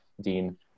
Dean